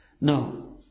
no